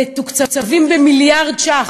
מתוקצבים במיליארד שקלים,